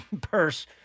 purse